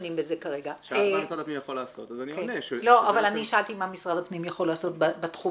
אני שאלתי מה משרד הפנים יכול לעשות בתחום